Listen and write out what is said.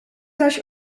zaś